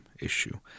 issue